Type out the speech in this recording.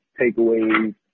takeaways